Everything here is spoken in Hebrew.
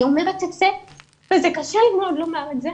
אני אומרת את זה וזה קשה מאוד לומר את זה,